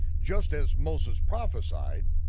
just as moses prophesied,